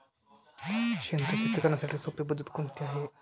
सेंद्रिय शेती करण्याची सोपी पद्धत कोणती आहे का?